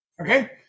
okay